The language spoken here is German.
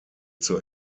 zur